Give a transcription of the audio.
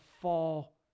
fall